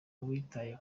witaye